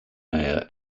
mayor